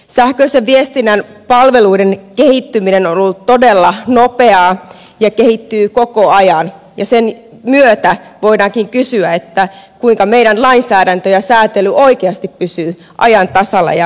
sähköisen viestinnän palveluiden kehittyminen on ollut todella nopeaa ja ne kehittyvät koko ajan ja sen myötä voidaankin kysyä kuinka meidän lainsäädäntö ja säätely oikeasti pysyvät ajan tasalla ja ajan hermolla